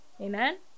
Amen